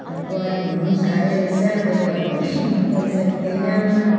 अब गरिब हुनु साह्रै रहेछ कोही बेला भनेको बेला पैसा हुँदैन